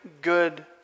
good